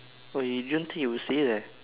oh you didn't think you would stay there